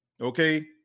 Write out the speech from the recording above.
Okay